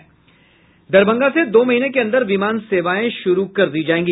दरभंगा से दो महीने के अंदर विमान सेवाएं शुरू कर दी जायेगी